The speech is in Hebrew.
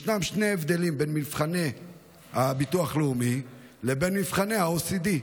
ישנם שני הבדלים בין מבחני הביטוח הלאומי לבין מבחני ה-OECD,